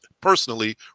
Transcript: personally